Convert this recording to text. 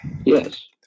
Yes